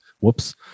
Whoops